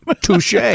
Touche